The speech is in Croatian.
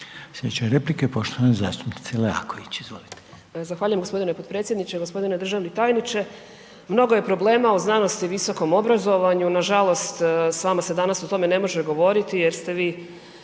Slijedeće replike poštovane zastupnice Leaković, izvolite. **Leaković, Karolina (SDP)** Zahvaljujem g. potpredsjedniče, g. državni tajniče. Mnogo je problema o znanosti i visokom obrazovanju, nažalost s vama se danas o tome ne može govoriti jer ste vi,